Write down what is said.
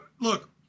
look –